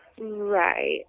Right